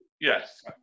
Yes